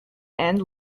and